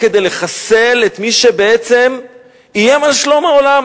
כדי לחסל את מי שבעצם איים על שלום העולם,